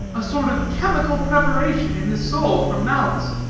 a sort of chemical preparation in the soul for malice,